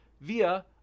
via